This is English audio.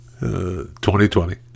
2020